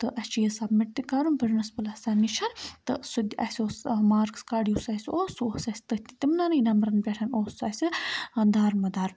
تہٕ اَسہِ چھُ یہِ سَبمِٹ تہِ کَرُن پِرنسِپلَس نِش تہٕ سُہ تہِ اَسہِ اوس مارکٕس کارڈ یُس اَسہِ اوس سُہ اوس اَسہِ تٔتھۍ تِمننٕے نمبرَن پٮ۪ٹھ اوس سُہ اَسہِ دارمدار